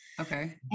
okay